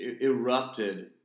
erupted